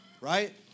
Right